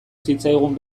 zitzaigun